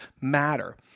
matter